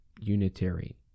unitary